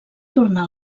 tornar